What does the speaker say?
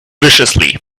viciously